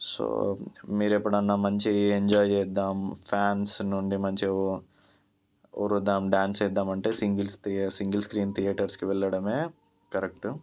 so మీరు ఎప్పుడన్నా మంచి ఎంజాయ్ చేద్దాం ఫ్యాన్స్ నుండి మంచి వొర్లుదాం డాన్స్ చేద్దామంటే సింగిల్స్ సింగిల్ స్క్రీన్ థియేటర్స్కి వెళ్లడమే కరెక్ట్